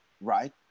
right